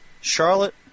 Charlotte